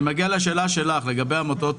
אני מבקש להקריא את הנוהל,